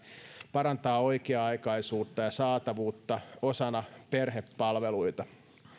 parantaa oikea aikaisuutta ja saatavuutta osana perhepalveluita